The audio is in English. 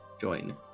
join